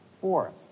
Fourth